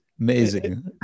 Amazing